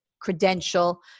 credential